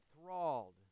enthralled